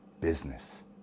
business